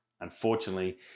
Unfortunately